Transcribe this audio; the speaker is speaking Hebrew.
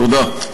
תודה.